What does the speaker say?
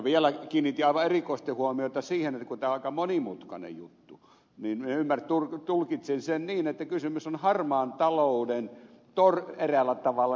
vielä kiinnitin aivan erikoisesti huomiota siihen että tämä on aika monimutkainen juttu ja tulkitsin sen niin että kysymys on eräällä tavalla harmaan talouden loukkujen välttämisestä